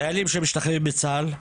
חיילים שמשתחררים מצה"ל,